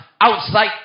Outside